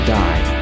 die